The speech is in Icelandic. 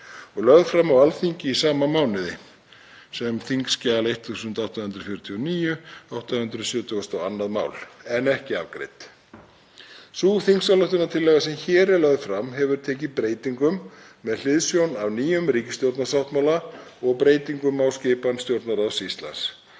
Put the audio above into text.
og lögð fram á Alþingi í sama mánuði sem þskj. 1849, 872. mál en var ekki afgreidd. Sú þingsályktunartillaga sem hér er lögð fram hefur tekið breytingum með hliðsjón af nýjum ríkisstjórnarsáttmála og breytingum á skipan Stjórnarráðs Íslands.